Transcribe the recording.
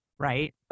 Right